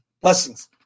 Blessings